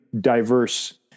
diverse